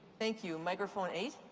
thank you. microphone eight?